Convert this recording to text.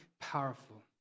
powerful